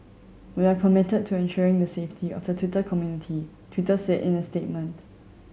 we are committed to ensuring the safety of the Twitter community Twitter said in a statement